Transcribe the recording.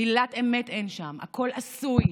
מילת אמת אין שם, הכול עשוי.